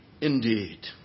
indeed